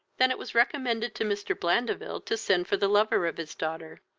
that it was recommended to mr. blandeville to send for the lover of his daughter.